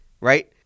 right